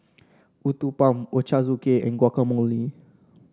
Uthapam Ochazuke and Guacamole